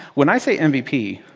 when i say mvp,